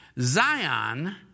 Zion